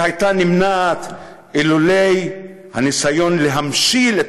שהייתה נמנעת אילולא הניסיון להמשיל את